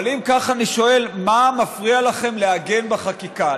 אבל אם כך, אני שואל, מה מפריע לכם לעגן בחקיקה?